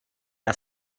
our